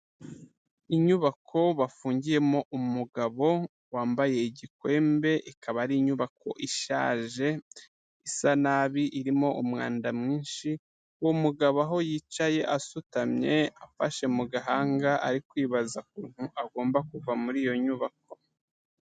Inyubako bafungiyemo umugabo wambaye igikwembe, ikaba ari inyubako ishaje isa nabi irimo umwanda mwinshi, uwo mugabo aho yicaye asutamye afashe mu gahanga ari kwibaza ukuntu agomba kuva muri iyo nyubako.